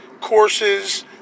courses